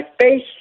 face